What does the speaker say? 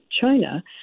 China